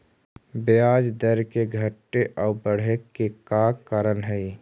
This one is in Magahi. ब्याज दर के घटे आउ बढ़े के का कारण हई?